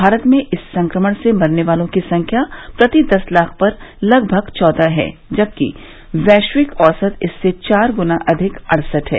भारत में इस संक्रमण से मरने वालों की संख्या प्रति दस लाख पर लगभग चौदह है जबकि वैश्विक औसत इससे चार गुना अधिक अड़सठ है